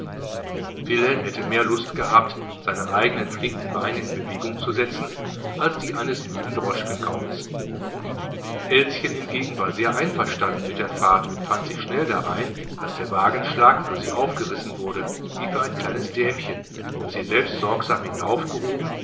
wilhelm hätte mehr lust gehabt seine eigenen flinken beine in bewegung zu setzen als die eines müden droschkengauls elschen hingegen war sehr einverstanden mit der fahrt und fand sich schnell darein daß der wagenschlag für sie aufgerissen wurde wie für ein kleines dämchen und sie selbst sorgsam